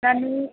ನಾನು